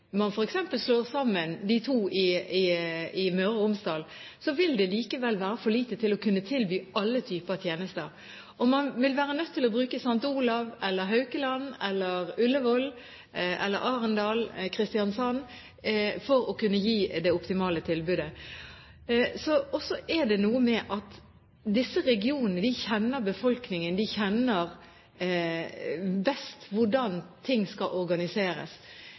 man f.eks. slår sammen de to i Møre og Romsdal, vil det likevel være for lite til å kunne tilby alle typer tjenester. Man vil være nødt til å bruke St. Olav, Haukeland, Ullevål, Arendal eller Kristiansand for å kunne gi det optimale tilbudet. Og så er det noe med at disse regionene kjenner befolkningen, de kjenner best hvordan ting skal organiseres.